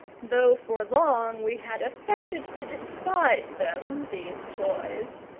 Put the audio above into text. though for long we had affected to despise them, these toys,